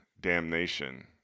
damnation